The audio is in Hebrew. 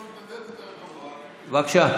בבקשה.